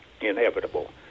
inevitable